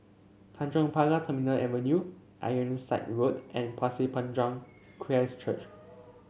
Tanjong Pagar Terminal Avenue Ironside Road and Pasir Panjang Christ Church